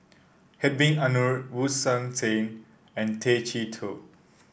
Hhedwig Anuar Wu Sang Qin and Tay Chee Toh